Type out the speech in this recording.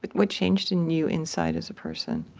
but what changed in you inside is a person?